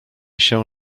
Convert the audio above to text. się